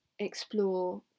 explore